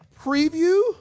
preview